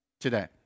today